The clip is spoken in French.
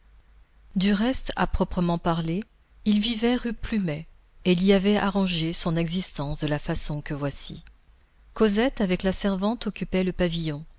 du reste à proprement parler il vivait rue plumet et il y avait arrangé son existence de la façon que voici cosette avec la servante occupait le pavillon